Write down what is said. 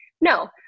No